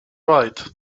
right